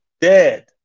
dead